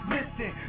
Listen